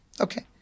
okay